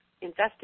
invested